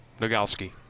Nogalski